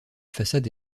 façade